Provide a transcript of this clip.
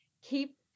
keep